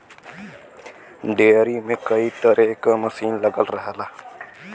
dairy में कई तरे क मसीन लगल रहला